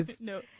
No